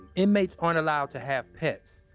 inmates aren't allowed to have pets.